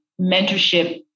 mentorship